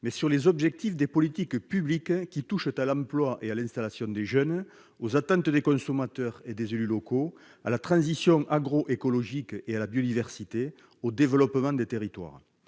mais sur les objectifs des politiques publiques qui touchent à l'emploi et à l'installation des jeunes, aux attentes des consommateurs et des élus locaux, à la transition agroécologique, à la biodiversité et au développement des territoires